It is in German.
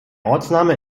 ortsname